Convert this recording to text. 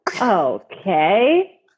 Okay